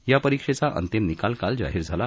या परिक्षेचा अंतिम निकाल काल जाहीर झाला